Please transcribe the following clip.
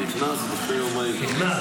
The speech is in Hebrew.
נכנס לפני יומיים, על אפם ועל חמתם.